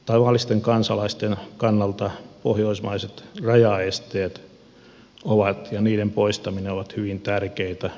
tavallisten kansalaisten kannalta pohjoismaisten rajaesteiden poistaminen on hyvin tärkeätä